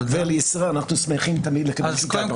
אנחנו שמחים תמיד לקבל כיתת בר מצווה.